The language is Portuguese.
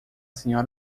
sra